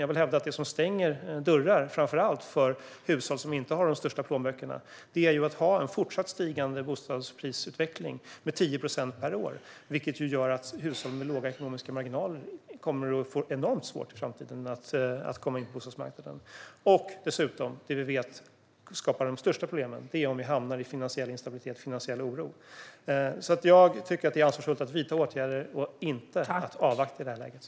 Jag vill hävda att det som stänger dörrar för framför allt hushåll som inte har de största plånböckerna är att ha en fortsatt stigande bostadsprisutveckling med 10 procent per år, vilket gör att hushåll med små ekonomiska marginaler kommer att få enormt svårt i framtiden att komma in på bostadsmarknaden. Dessutom vet vi att det som skapar de största problemen är om vi hamnar i finansiell instabilitet och finansiell oro. Jag tycker därför att det är ansvarsfullt att vidta åtgärder, inte att i detta läge avvakta.